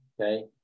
okay